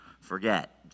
forget